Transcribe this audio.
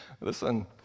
Listen